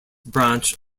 branch